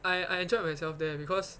I I enjoyed myself there because